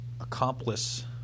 accomplice